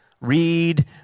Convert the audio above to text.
read